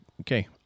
okay